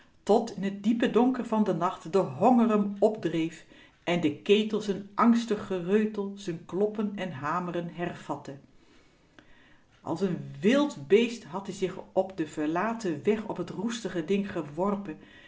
tot in t diepe donker van den nacht de honger m opdreef en de ketel z'n angstig gereutel z'n kloppen en haamren hervatte als n wild beest had-ie zich op den verlaten weg op t roestige ding geworpen